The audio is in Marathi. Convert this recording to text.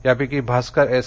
यापैकी भास्कर एस